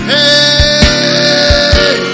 Hey